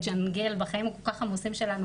לג'נגל בחיים הכול כך עמוסים שלנו,